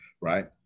right